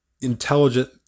intelligent